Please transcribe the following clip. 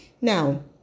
Now